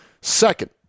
Second